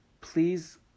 please